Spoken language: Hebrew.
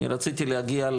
אני רציתי להגיע,